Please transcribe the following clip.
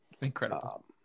Incredible